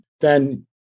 then-